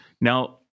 now